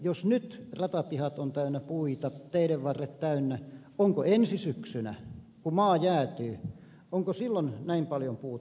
jos nyt ratapihat ovat täynnä puita teiden varret täynnä ovatko ensi syksynä kun maa jäätyy onko silloin näin paljon puuta